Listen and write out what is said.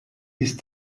with